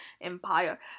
empire